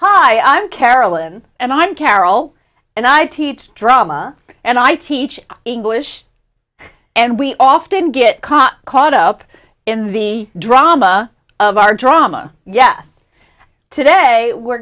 hi i'm carolyn and i'm carol and i teach drama and i teach english and we often get caught caught up in the drama of our drama yes today we're